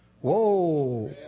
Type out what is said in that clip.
Whoa